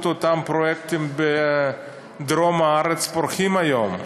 אותם פרויקטים בדרום הארץ פורחים היום.